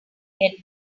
get